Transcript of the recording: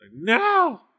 no